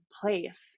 place